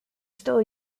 still